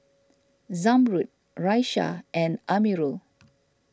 Zamrud Raisya and Amirul